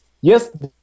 Yes